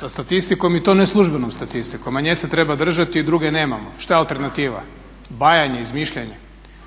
sa statistikom i to ne službenom statistikom, a nje se treba držati jer druge nemamo. Što je alternativa? Bajanje, izmišljanje?